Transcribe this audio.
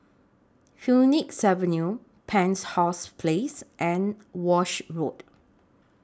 Phoenix Avenue Penshurst Place and Walshe Road